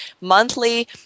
monthly